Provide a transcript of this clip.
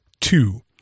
two